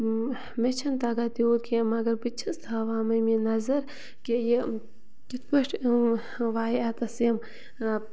مےٚ چھنہٕ تَگان تیوٗت کیٚنٛہہ مگر بہٕ تہِ چھَس تھاوان مٔمی نظر کہِ یہِ کِتھ پٲٹھۍ وایہِ اَتٮ۪تھ یِم